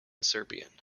serbian